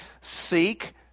seek